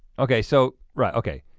okay so, right okay.